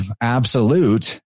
absolute